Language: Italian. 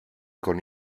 con